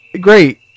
great